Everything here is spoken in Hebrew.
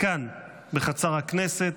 כאן בחצר הכנסת,